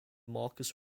marcus